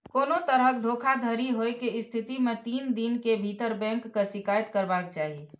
कोनो तरहक धोखाधड़ी होइ के स्थिति मे तीन दिन के भीतर बैंक के शिकायत करबाक चाही